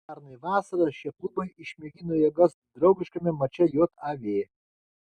pernai vasarą šie klubai išmėgino jėgas draugiškame mače jav